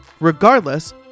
regardless